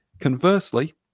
Conversely